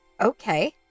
Okay